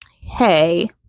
hey